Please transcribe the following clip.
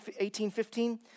18.15